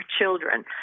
children